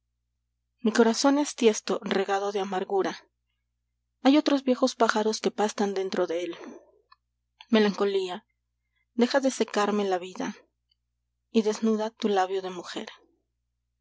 mi corazón es tiesto regado de amargura hay otros viejos pájaros que pastan dentro de él melancolía deja de secarme la vida y desnuda tu labio de mujer